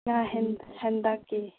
ꯉꯥ ꯍꯦꯟꯇꯥꯛꯀꯤ